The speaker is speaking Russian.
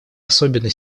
особенно